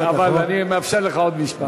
אני מאפשר לך עוד משפט.